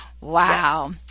wow